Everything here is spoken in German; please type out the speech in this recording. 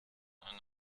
eine